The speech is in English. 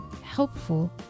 helpful